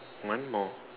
one more